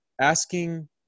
asking